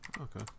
Okay